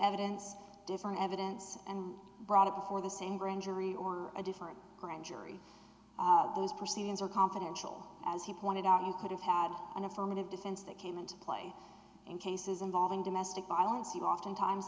evidence different evidence and brought it before the same grand jury or a different grand jury those proceedings are confidential as he pointed out you could have had an affirmative defense that came into play in cases involving domestic violence you oftentimes